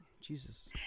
Jesus